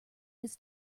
his